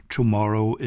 Tomorrow